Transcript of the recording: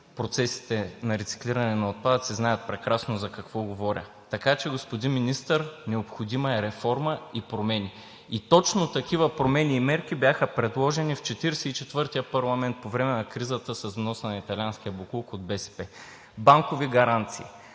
процесите на рециклиране на отпадъци, знаят прекрасно за какво говоря. Така че, господин Министър, необходима е реформа и промени. Точно такива промени и мерки бяха предложени в 44-тия парламент по време на кризата с вноса на италианския боклук от БСП – банкови гаранции,